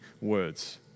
words